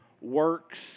works